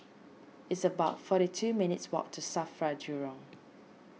it's about forty two minutes' walk to Safra Jurong